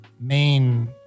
main